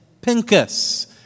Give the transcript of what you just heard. Pincus